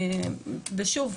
ושוב,